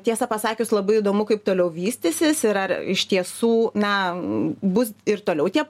tiesą pasakius labai įdomu kaip toliau vystysis ir ar iš tiesų na bus ir toliau tie